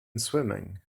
swimming